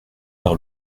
par